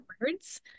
words